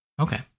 okay